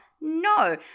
No